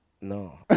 No